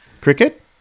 Cricket